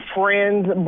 friends